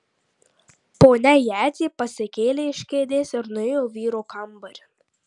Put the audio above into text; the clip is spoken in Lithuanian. ponia jadzė pasikėlė iš kėdės ir nuėjo vyro kambarin